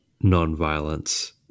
non-violence